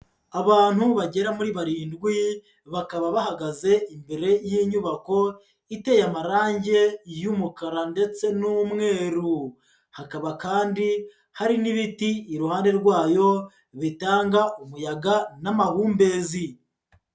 Abantu bagera muri barindwi bakaba bahagaze imbere y'inyubako iteye amarange y'umukara ndetse n'umweru, hakaba kandi hari n'ibiti iruhande rwayo bitanga umuyaga n'amahumbezi.